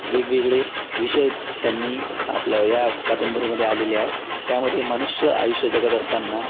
वेगवेगळे विषय त्यांनी आपलं ह्या कादंबरीमध्ये आलेले आहे त्यामध्ये मानुष्य आयुष्य जगत असताना